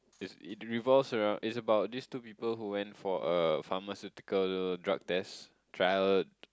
it's it reverse lah it's about this two people who went for a pharmaceutical drug test trial